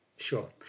Sure